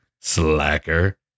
slacker